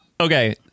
Okay